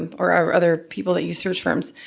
um or other people that use search firms,